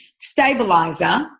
stabilizer